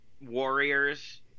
Warriors